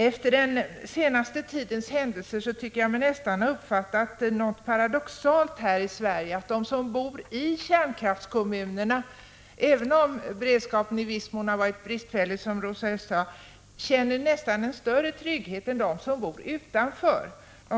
Efter den senaste tidens händelser har jag uppfattat det så att de som bor i kärnkraftskommunerna här i Sverige — även om beredskapen i viss mån har varit bristfällig, som Rosa Östh sade — paradoxalt nog känner en större trygghet än de som bor utanför dem.